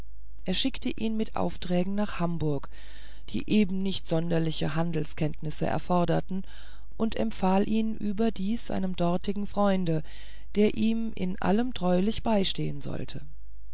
er schickte ihn mit aufträgen nach hamburg die eben nicht sonderliche handelskenntnisse erforderten und empfahl ihn überdies einem dortigen freunde der ihm in allem treulich beistehen sollte